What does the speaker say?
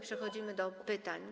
Przechodzimy do pytań.